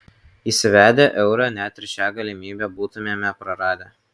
įsivedę eurą net ir šią galimybę būtumėme praradę